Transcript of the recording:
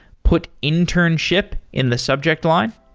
put internship in the subject line.